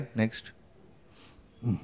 next